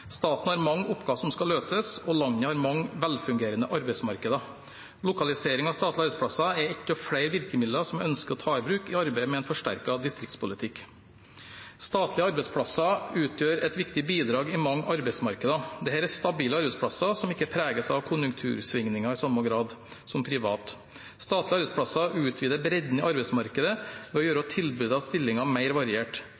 Staten har mange oppgaver som skal løses, og landet har mange velfungerende arbeidsmarkeder. Lokalisering av statlige arbeidsplasser er et av flere virkemidler som jeg ønsker å ta i bruk i arbeidet med en forsterket distriktspolitikk. Statlige arbeidsplasser utgjør et viktig bidrag i mange arbeidsmarkeder. Dette er stabile arbeidsplasser som ikke preges av konjunktursvingninger i samme grad som private. Statlige arbeidsplasser utvider bredden i arbeidsmarkedet ved å gjøre